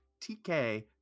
tk